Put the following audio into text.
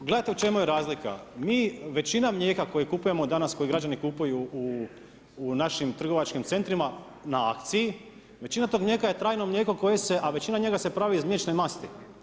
Gledajte u čemu je razlika, mi većina mlijeka koje kupujemo danas, koje građani kupuju u našim trgovačkim centrima, na akciji, većina tog mlijeka je trajno mlijeko, koje se, a većina njega se pravi iz mliječne masti.